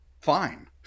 fine